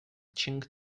ching